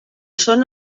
són